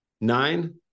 Nine